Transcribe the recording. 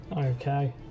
okay